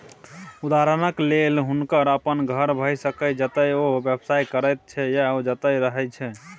उदहारणक लेल हुनकर अपन घर भए सकैए जतय ओ व्यवसाय करैत छै या जतय रहय छै